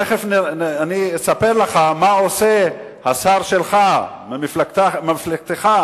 תיכף אני אספר לך מה עושה השר שלך, ממפלגתך,